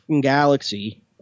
galaxy